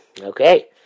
Okay